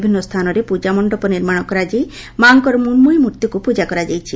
ବିଭିନ୍ନ ସ୍ଥାନରେ ପୂଜାମଣ୍ଡପ ନିର୍ମାଶ କରାଯାଇ ମା'ଙ୍କର ମୃଶ୍ମୟୀ ମୂର୍ତିକୁ ପୂଜାକରାଯାଉଛି